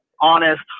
honest